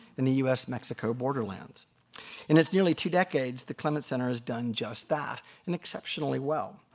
and the u s. mexico borderlands in its nearly two decades, the clements center has done just that and exceptionally well.